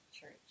Church